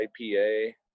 IPA